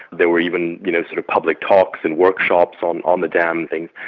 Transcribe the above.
there were even you know sort of public talks and workshops on on the dam and things.